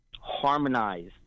harmonized